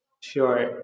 Sure